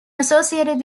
associated